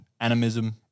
animism